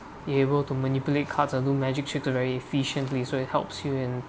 able to manipulate cards or do magic trick very efficiently so it helps you in